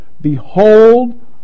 Behold